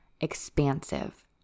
expansive